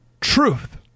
Truth